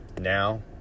Now